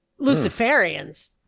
Luciferians